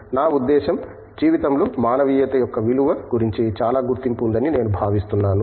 నా ఉద్దేశ్యం జీవితంలో మానవీయత యొక్క విలువ గురించి చాలా గుర్తింపు ఉందని నేను భావిస్తున్నాను